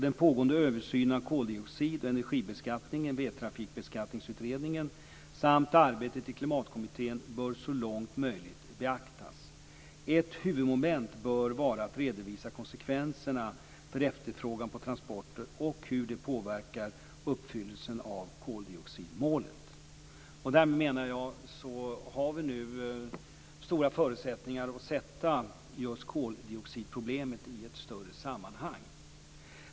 Den pågående översynen av koldioxid och energibeskattningen, Vägtrafikbeskattningsutredningen, samt arbetet i Klimatkommittén bör så långt möjligt beaktas. Ett huvudmoment bör vara att redovisa konsekvenserna för efterfrågan på transporter och hur de påverkar uppfyllelsen av koldioxidmålet. Därmed menar jag att vi nu har stora förutsättningar att sätta in koldioxidproblemet i ett större sammanhang.